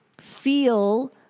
feel